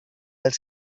els